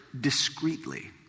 discreetly